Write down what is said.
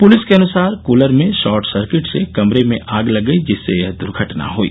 police के अनुसार cooler में शॉर्ट सर्किट से कमरे में आग लग गई जिससे यह द्वघटना हई